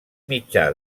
mitjà